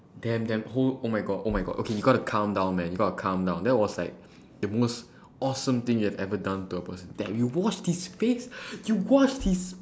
damn damn ho~ oh my god oh my god okay you got to calm down man you got to calm down that was like the most awesome thing you've ever done to a person that you washed his face you washed his